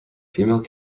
female